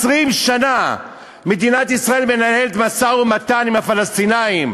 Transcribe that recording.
20 שנה מדינת ישראל מנהלת משא-ומתן עם הפלסטינים,